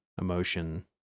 emotion